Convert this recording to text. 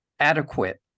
adequate